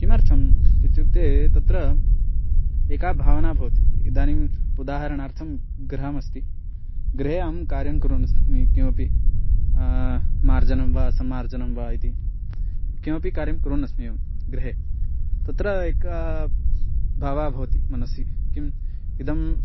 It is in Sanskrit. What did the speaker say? किमर्थम् इत्युक्ते तत्र एका भावना भवति इदानीम् उदाहरणार्थं गृहमस्ति गृहे अहं कार्यं कुर्वन्नस्मि किमपि मार्जनं वा सम्मार्जनं वा इति किमपि कार्यं कुर्वन्नस्मि एवं गृहे तत्र एकः भावः भवति मनसि किम् इदं